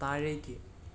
താഴേക്ക്